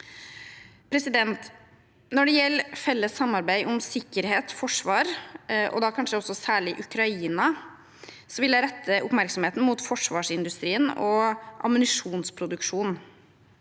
2023 2023 Når det gjelder felles samarbeid om sikkerhet og forsvar, og da kanskje særlig Ukraina, vil jeg rette oppmerksomhet mot forsvarsindustrien og ammunisjonsproduksjonen.